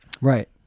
Right